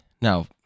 Now